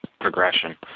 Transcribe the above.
progression